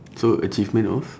so achievement of